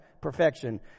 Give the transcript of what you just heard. perfection